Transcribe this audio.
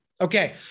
Okay